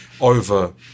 over